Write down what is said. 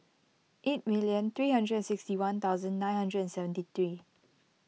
eight million three hundred and sixty one thousand nine hundred and seventy three